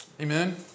Amen